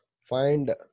find